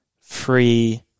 free